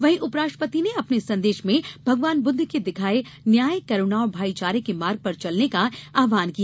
वहीं उपराष्ट्रपति ने अपने संदेश में भगवान बुद्ध के दिखाए न्याय करूणा और भाईचारे के मार्ग पर चलने का आह्वान किया